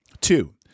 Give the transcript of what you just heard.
Two